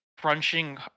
crunching